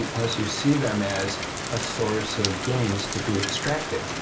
unless you see them as a source of gains to be extracted.